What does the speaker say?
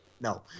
No